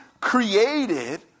created